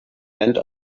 rennt